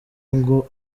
ngo